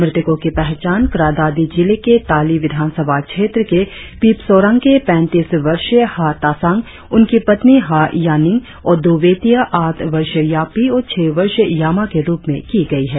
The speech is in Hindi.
मृतकों की पहचान क्रा दादी जिले के ताली विधानसभा क्षेत्र के पिपसोरांग के पैंतीस वर्षीय हा तासांग उनकी पत्नी हा यानिंग और दो बेटिया आठ वर्षीय यापी और छह वर्षीय यामा के रुप में की गई है